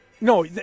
No